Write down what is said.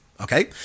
Okay